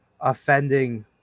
offending